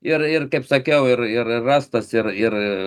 ir ir kaip sakiau ir ir rastos ir ir